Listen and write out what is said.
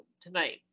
tonight